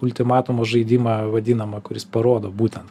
ultimatumo žaidimą vadinamą kuris parodo būtent